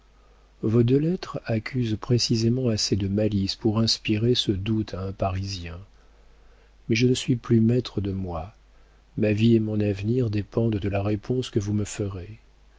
vos deux lettres accusent précisément assez de malice pour inspirer ce doute à un parisien mais je ne suis plus maître de moi ma vie et mon avenir dépendent de la réponse que vous me ferez